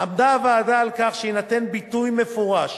עמדה הוועדה על כך שיינתן ביטוי מפורש